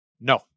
No